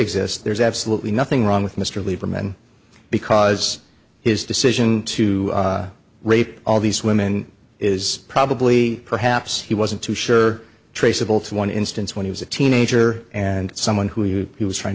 exist there's absolutely nothing wrong with mr lieberman because his decision to rape all these women is probably perhaps he wasn't too sure traceable to one instance when he was a teenager and someone who he was trying